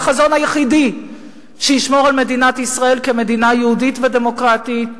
החזון היחידי שישמור על מדינת ישראל כמדינה יהודית ודמוקרטית,